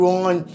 on